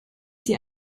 sie